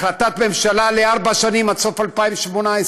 החלטת הממשלה לארבע שנים, עד סוף 2018,